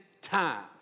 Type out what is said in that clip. time